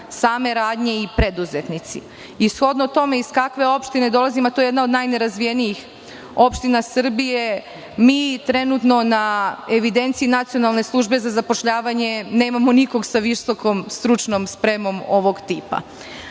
same radnje i preduzetnici. Shodno tome, iz kakve opštine dolazim, a to je jedna od najnerazvijenijih opština Srbije, mi trenutno na evidenciji Nacionalne službe za zapošljavanje nemamo nikog sa visokom stručnom spremom ovog tipa.